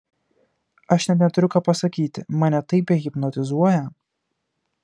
aš net neturiu ką pasakyti mane taip jie hipnotizuoja